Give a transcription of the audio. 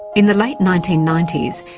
in the late nineteen ninety s,